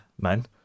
men